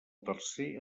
tercer